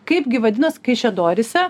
kaipgi vadinas kaišiadoryse